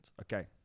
okay